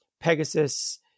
Pegasus